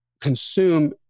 consume